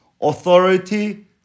authority